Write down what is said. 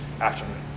afternoon